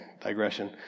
digression